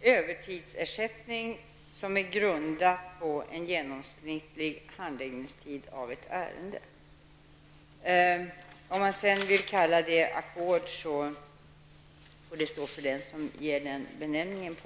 övertidsersättning som är grundad på en genomsnittlig handläggningstid av ett ärende. Om man sedan vill kalla det för ett ackord får det stå för den som ger detta denna benämning.